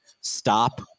stop